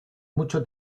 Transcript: mucho